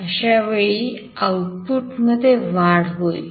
अशावेळी आउटपुटमध्ये वाढ होईल